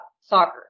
soccer